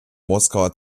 moskauer